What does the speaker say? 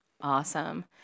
Awesome